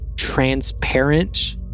transparent